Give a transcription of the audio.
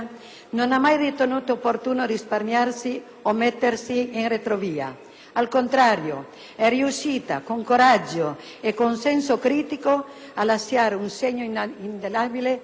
non ha mai ritenuto opportuno risparmiarsi o mettersi in retrovia: al contrario, è riuscita, con coraggio e senso critico, a lasciare un segno indelebile